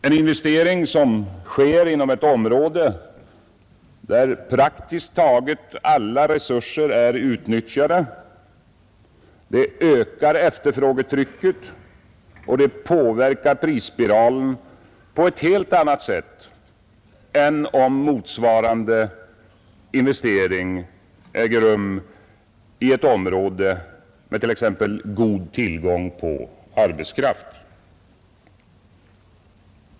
En investering inom ett område där praktiskt taget alla resurser är utnyttjade ökar efterfrågetrycket och påverkar prisspiralen på ett helt annat sätt än om motsvarande investering sker i ett område med t.ex. god tillgång på arbetskraft.